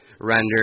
render